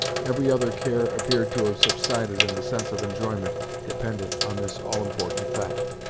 every other care appeared to have subsided in the sense of enjoyment dependent on this all-important fact.